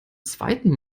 zweiten